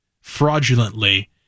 fraudulently